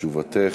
תשובתך,